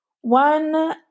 One